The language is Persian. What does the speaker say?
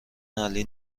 علی